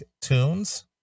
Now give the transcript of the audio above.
tunes